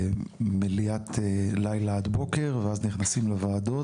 מליאת לילה עד הבוקר ואז נכנסים לוועדות,